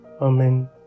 Amen